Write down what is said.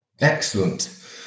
Excellent